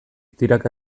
tiraka